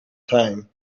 time